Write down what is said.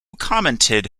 commented